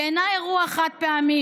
היא אינה אירוע חד-פעמי.